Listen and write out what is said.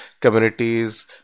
communities